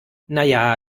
naja